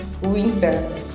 winter